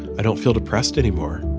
i don't feel depressed anymore.